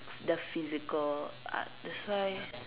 the physical art that's why